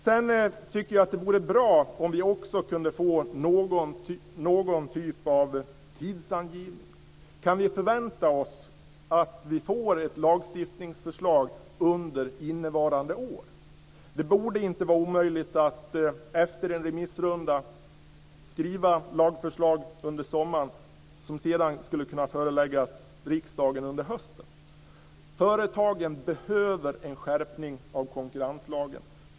Sedan tycker jag att det vore bra om vi också kunde få någon typ av tidsangivelse. Kan vi förvänta oss att vi får ett lagstiftningsförslag under innevarande år? Det borde inte vara omöjligt att efter en remissrunda skriva lagförslag under sommaren som sedan skulle kunna föreläggas riksdagen under hösten. Företagen behöver en skärpning av konkurrenslagen.